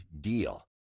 DEAL